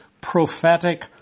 prophetic